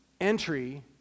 entry